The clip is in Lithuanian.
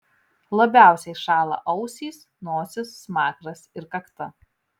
labiausiai šąla ausys nosis smakras ir kakta